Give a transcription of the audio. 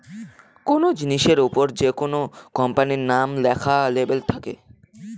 কোনো জিনিসের ওপর যেকোনো কোম্পানির নাম লেখা লেবেল থাকে